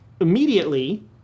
immediately